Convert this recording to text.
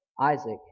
Isaac